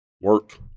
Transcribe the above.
work